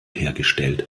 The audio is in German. hergestellt